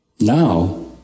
now